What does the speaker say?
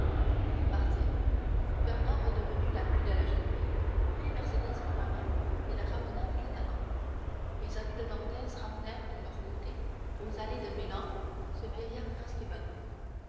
ils partirent fernand redevenu l'appui de la jeune fille prit mercédès par la main et la ramena aux catalans les amis de dantès ramenèrent de leur côté aux allées de meilhan ce vieillard presque évanoui